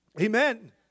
Amen